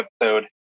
episode